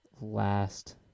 last